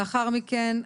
לאחר מכן,